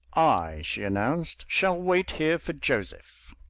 i, she announced, shall wait here for joseph!